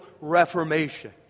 Reformation